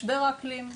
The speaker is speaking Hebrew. משבר האקלים.